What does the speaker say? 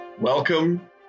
welcome